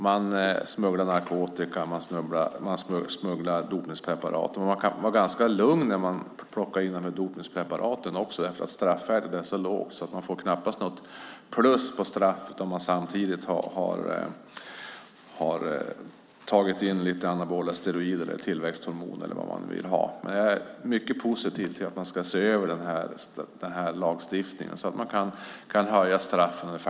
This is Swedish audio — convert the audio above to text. Man smugglar in narkotika och dopningspreparat. Man kan vara ganska lugn när man plockar in dopningspreparat därför att straffvärdet är så lågt. Man får knappast något plus på straffet om man samtidigt har tagit in anabola steroider, tillväxthormoner eller vad man nu vill ha. Jag är mycket positiv till att man ska se över lagstiftningen så att vi kan höja straffvärdet.